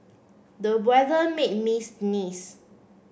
the weather made me sneeze